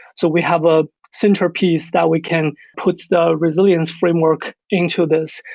so we have a centerpiece that we can put the resilience framework into this,